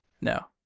No